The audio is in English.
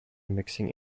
mixing